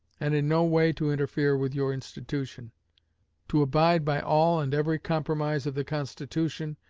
and in no way to interfere with your institution to abide by all and every compromise of the constitution,